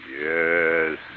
Yes